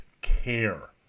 care